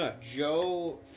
Joe